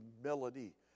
humility